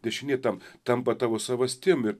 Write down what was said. dešinė tam tampa tavo savastim ir